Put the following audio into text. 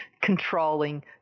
controlling